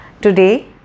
Today